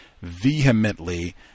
vehemently